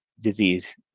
disease